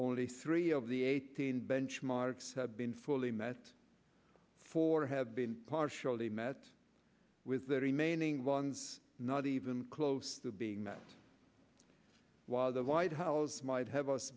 only three of the eighteen benchmarks have been fully met for have been partially met with the remaining ones not even close to being met while the white house might have us